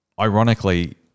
ironically